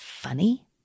funny